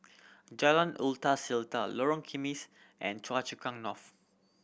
Jalan Seletar Lorong Kismis and Choa Chu Kang North